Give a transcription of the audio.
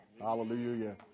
Hallelujah